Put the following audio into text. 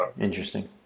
Interesting